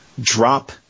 drop